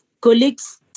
Colleagues